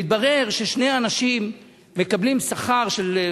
והתברר ששני אנשים מקבלים שכר של,